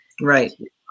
right